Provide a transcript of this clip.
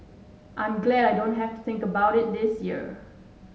I'm glad I don't have to think about it this year